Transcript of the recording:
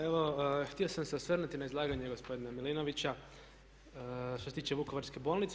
Evo htio sam se osvrnuti na izlaganje gospodina Milinovića što se tiče Vukovarske bolnice.